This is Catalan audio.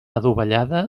adovellada